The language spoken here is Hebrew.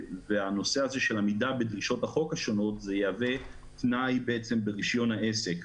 העמידה בדרישות החוק השונות תהווה תנאי ברישיון העסק.